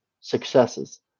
successes